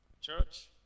Church